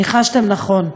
ניחשתם נכון.